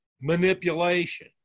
manipulation